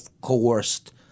coerced